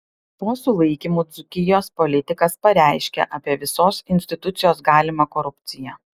po sulaikymų dzūkijos politikas pareiškia apie visos institucijos galimą korupciją